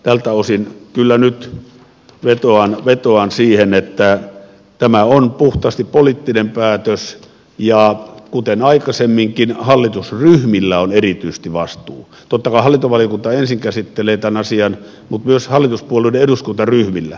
tältä osin kyllä nyt vetoan siihen että tämä on puhtaasti poliittinen päätös ja kuten aikaisemminkin hallitusryhmillä on erityisesti vastuu totta kai hallintovaliokunta ensin käsittelee tämän asian mutta myös hallituspuolueiden eduskuntaryhmillä on vastuu